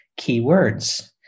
keywords